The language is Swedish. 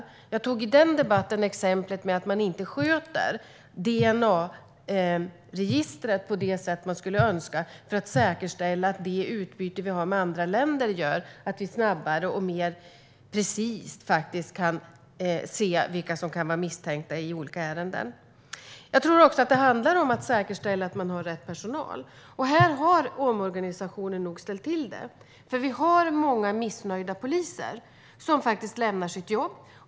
I den tidigare debatten tog jag upp exemplet med att man inte sköter DNA-registret på det sätt som vi skulle önska för att säkerställa att det utbyte Sverige har med andra länder gör att man snabbare och mer precist kan se vilka som kan vara misstänkta i olika ärenden. Det handlar också om att säkerställa att man har rätt personal. Här har omorganisationen nog ställt till det, för vi har många missnöjda poliser som lämnar sitt jobb.